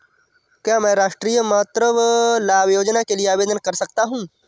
क्या मैं राष्ट्रीय मातृत्व लाभ योजना के लिए आवेदन कर सकता हूँ?